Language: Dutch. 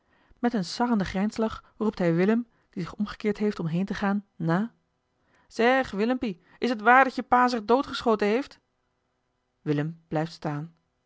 met een sarrenden grijnslach roept hij willem die zich omgekeerd heeft om heen te gaan na zeg willempie is het waar dat je pa zich doodgeschoten heeft willem blijft staan